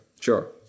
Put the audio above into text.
sure